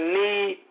need